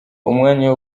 umwanya